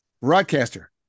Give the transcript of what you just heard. broadcaster